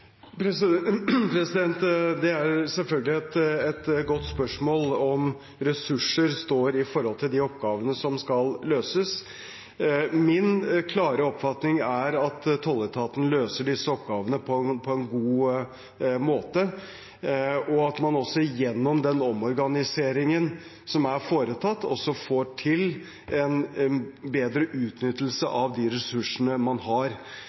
Det er selvfølgelig et godt spørsmål om ressurser står i forhold til de oppgavene som skal løses. Min klare oppfatning er at tolletaten løser disse oppgavene på en god måte, og at man også gjennom den omorganiseringen som er foretatt, får til en bedre utnyttelse av de ressursene man har.